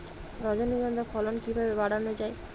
রজনীগন্ধা ফলন কিভাবে বাড়ানো যায়?